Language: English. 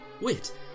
Wait